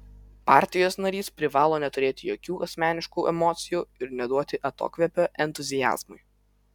partijos narys privalo neturėti jokių asmeniškų emocijų ir neduoti atokvėpio entuziazmui